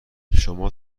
شما